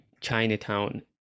Chinatown